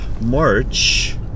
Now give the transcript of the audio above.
March